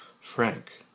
Frank